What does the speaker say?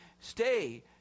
stay